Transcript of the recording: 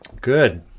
Good